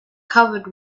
covered